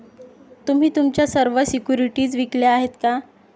तुम्ही तुमच्या सर्व सिक्युरिटीज विकल्या आहेत का?